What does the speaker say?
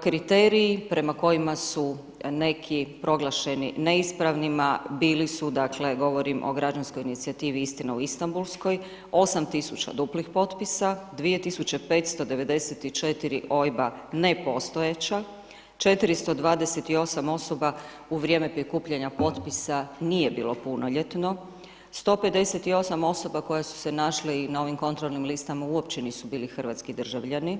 Kriterij prema kojima su neki proglašeni neispravnima bili su dakle govorim o građanskoj inicijativi „Istina o Istanbulskoj“, 8 000 duplih potpisa, 2594 OIB-a nepostojeća, 428 osoba u vrijeme prikupljanja potpisa nije bilo punoljetno, 158 osoba koje su se našle i na ovim kontrolnim listama uopće nisu bili hrvatski državljani,